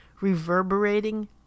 reverberating